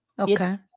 Okay